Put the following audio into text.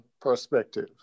perspective